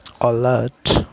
alert